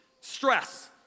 stress